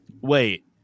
Wait